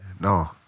No